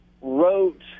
wrote